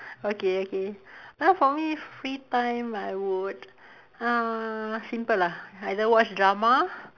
okay okay uh for me free time I would uh simple lah either watch drama